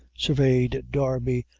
surveyed darby,